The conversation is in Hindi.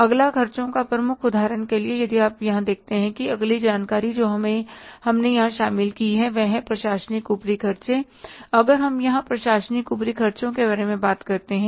अगला खर्चों का प्रमुख उदाहरण के लिए यदि आप यहां देखते हैं कि अगली जानकारी जो हमने यहां शामिल की है वह है प्रशासनिक ऊपरी खर्चे अगर हम यहां प्रशासनिक ऊपरी खर्चे के बारे में बात करते हैं